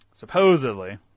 Supposedly